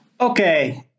Okay